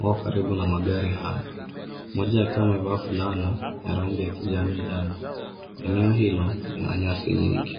wako karibu na magari hayo. Mmoja akiwa amevaa fulana ya rangi ya kijani njano. Eneo hilo, lina nyasi nyingi.